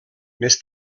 més